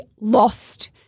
lost